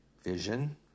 vision